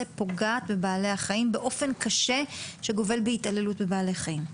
פוגעת בבעלי חיים באופן קשה שגובל בהתעללות בבעלי חיים?